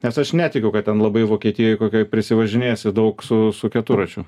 nes aš netikiu kad ten labai vokietijoj kokioj prisivažinėsi daug su su keturračiu